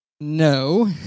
No